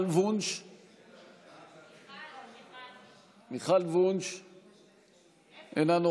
ואריאל שרון, מוקף במאות שוטרי מג"ב נכנסו,